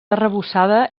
arrebossada